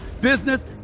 business